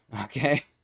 okay